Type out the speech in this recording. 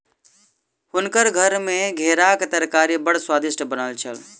हुनकर घर मे घेराक तरकारी बड़ स्वादिष्ट बनल छल